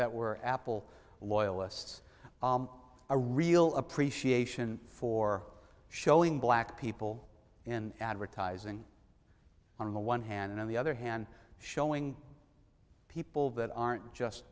that were apple loyalists a real appreciation for showing black people in advertising on the one hand and on the other hand showing people that aren't just